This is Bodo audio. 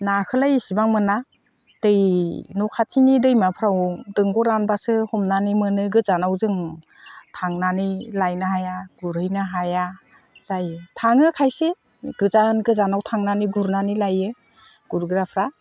नाखौलाय एसेबां मोना दै न' खाथिनि दैमाफ्राव दंग' रानबासो हमनानै मोनो गोजानाव जों थांनानै लायनो हाया गुरहैनो हाया जायो थाङो खायसे गोजान गोजानाव थांनानै गुरनानै लायो गुरग्राफ्रा